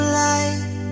light